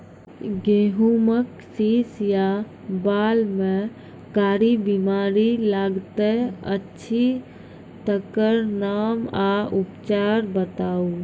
गेहूँमक शीश या बाल म कारी बीमारी लागतै अछि तकर नाम आ उपचार बताउ?